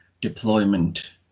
deployment